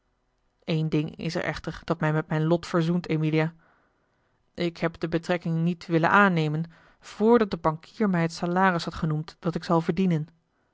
een ding is er echter dat mij met mijn lot verzoent emilia ik heb de betrekking niet willen aannemen voordat de bankier mij het salaris had genoemd dat ik zal verdienen